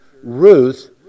Ruth